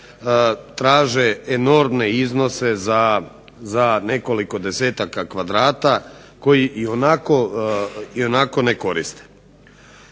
traže enormne iznose za nekoliko desetaka kvadrata koje ionako ne koriste.